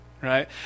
right